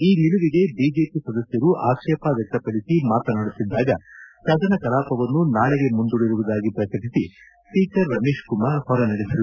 ಈ ನಿಲುವಿಗೆ ಬಿಜೆಪಿ ಸದಸ್ಯರು ಆಕ್ಷೇಪ ವ್ಯಕ್ತಪಡಿಸಿ ಮಾತನಾಡುತ್ತಿದ್ದಾಗ ಸದನ ಕಲಾಪವನ್ನು ನಾಳಿಗೆ ಮುಂದೂಡಿರುವುದಾಗಿ ಪ್ರಕಟಿಸಿ ಸ್ಪೀಕರ್ ರಮೇಶ್ ಕುಮಾರ್ ಹೊರ ನಡೆದರು